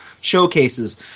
showcases